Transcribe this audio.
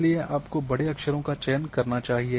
इसलिए आपको बड़े अक्षरों का चयन करना चाहिए